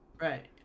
Right